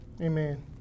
Amen